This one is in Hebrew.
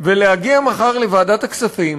ולהגיע מחר לוועדת הכספים